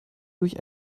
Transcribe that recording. durch